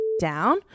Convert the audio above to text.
down